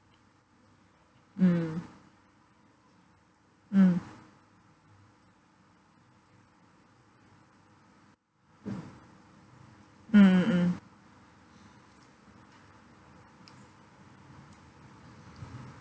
mm mm mm mm mm